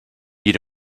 you